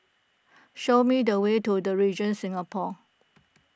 show me the way to the Regent Singapore